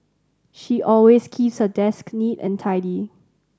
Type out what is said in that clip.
she always keeps her desk neat and tidy